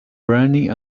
running